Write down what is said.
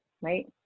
Right